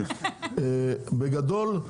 בגדול,